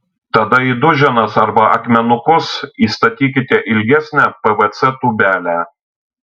tada į duženas arba akmenukus įstatykite ilgesnę pvc tūbelę